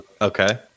Okay